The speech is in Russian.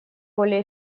более